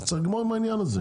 אז צריך לגמור עם העניין הזה.